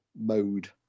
mode